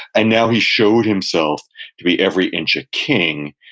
and now he showed himself to be every inch a king,